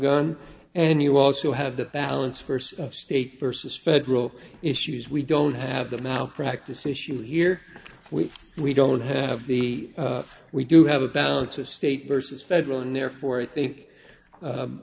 gun and you also have the balance first of state versus federal issues we don't have the malpractise issue here which we don't have the we do have a balance of state versus federal and therefore i think